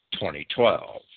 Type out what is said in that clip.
2012